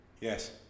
Yes